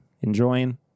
enjoying